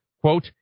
quote